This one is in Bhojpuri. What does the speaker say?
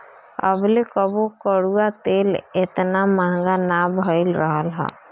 अबले कबो कड़ुआ तेल एतना महंग ना भईल रहल हअ